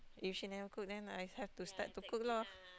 if she never cook then I have to start to cook lor